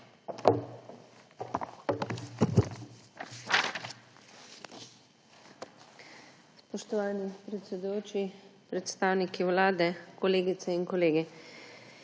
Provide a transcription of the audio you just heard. Spoštovani, predsedujoči, predstavniki Vlade, kolegice in kolegi!